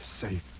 safe